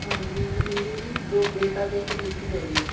ਹਾਂਜੀ ਮੇਰਾ ਜੀ ਦੋ ਬੇਟਾ ਅਤੇ ਇੱਕ ਬੇਟੀ ਆ ਜੀ